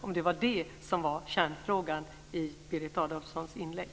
Det vill jag säga om det var kärnfrågan i Berit Adolfssons inlägg.